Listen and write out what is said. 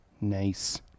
Nice